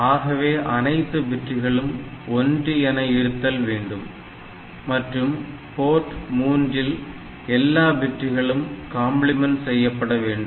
ஆகவே அனைத்து பிட்டுகளும் 1 என இருத்தல் வேண்டும் மற்றும் போர்ட் 3 இல் எல்லா பிட்டுகளும் காம்ப்ளிமென்ட் செய்யப்பட வேண்டும்